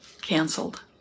canceled